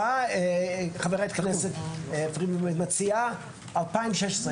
באה חברת הכנסת פרידמן ומציעה מ-2016.